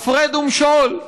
הפרד ומשול.